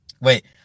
wait